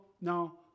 now